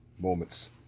moments